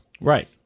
Right